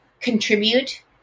contribute